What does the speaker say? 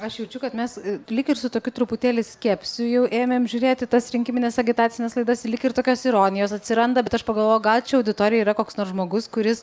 aš jaučiu kad mes lyg ir su tokiu truputėlį skepsiu jau ėmėm žiūrėti į tas rinkimines agitacines laidas lyg ir tokios ironijos atsiranda bet aš pagalvojau gal čia auditorijoj yra koks nors žmogus kuris